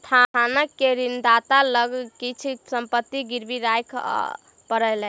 संस्थान के ऋणदाता लग किछ संपत्ति गिरवी राखअ पड़लैन